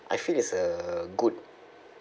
I feel is a good